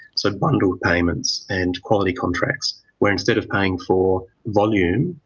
so bundled payments and quality contracts where instead of paying for volume,